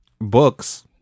books